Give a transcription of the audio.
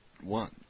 one